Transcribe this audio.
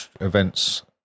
Events